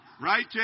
Right